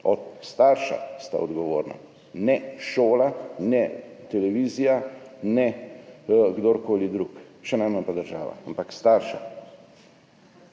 Starša sta odgovorna, ne šola, ne televizija, ne kdorkoli drug, še najmanj pa država, ampak starša.